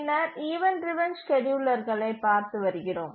பின்னர் event driven ஸ்கேட்யூலர்களை பார்த்து வருகிறோம்